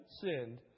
sinned